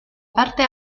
parte